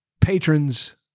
patrons